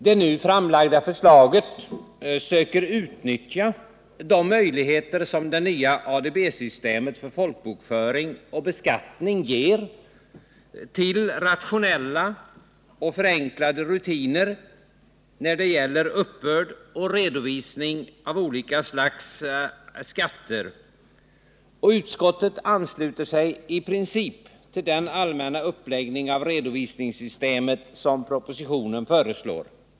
Det nu framlagda förslaget söker utnyttja de möjligheter som det nya ADB-systemet för folkbokföring och beskattning ger till rationella och förenklade rutiner när det gäller uppbörd och redovisning av olika slags skatter, och utskottet ansluter sig i princip till den allmänna uppläggning av redovisningssystemet som propositionen föreslår.